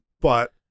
But-